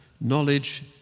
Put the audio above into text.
knowledge